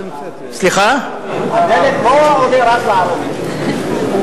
לא רק לערבים,